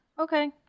Okay